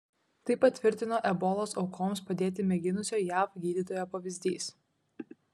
tai patvirtino ebolos aukoms padėti mėginusio jav gydytojo pavyzdys